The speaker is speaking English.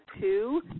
two